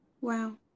Wow